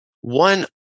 One